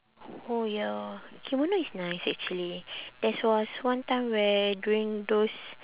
oh ya kimono is nice actually there's was one time where during those